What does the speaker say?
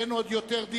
אין עוד דיבורים.